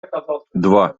два